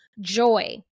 joy